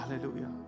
Hallelujah